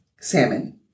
Salmon